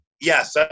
yes